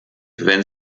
wenn